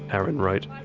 aaron wrote,